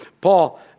Paul